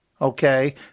okay